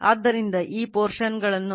ಆದ್ದರಿಂದ I2